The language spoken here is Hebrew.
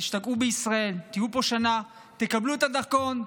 תשתקעו בישראל, תהיו פה שנה ותקבלו את הדרכון.